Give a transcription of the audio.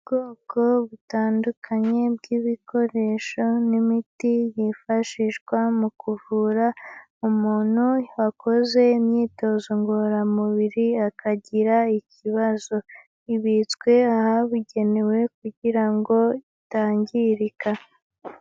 Ubwoko butandukanye bw'ibikoresho n'imiti yifashishwa mu kuvura umuntu wakoze imyitozo ngororamubiri akagira ikibazo, ibitswe ahabugenewe kugira ngo itangirika.